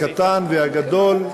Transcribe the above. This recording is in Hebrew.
הקטן והגדול,